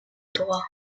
droit